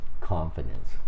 confidence